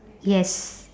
yes